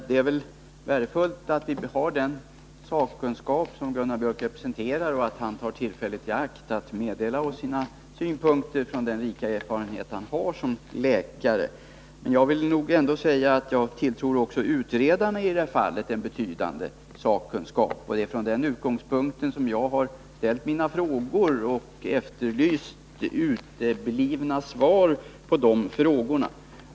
Herr talman! Eftersom vi inte har den sakkunskap som Gunnar Biörck representerar är det värdefullt att han tar tillfället i akt och meddelar oss sina synpunkter från den rika erfarenhet han har som läkare. Men jag måste ändå säga att jag i det här fallet tilltror också utredarna en betydande sakkunskap. Det är med utgångspunkt från utredningen jag har ställt mina frågor, och jag har efterlyst svar på de frågorna.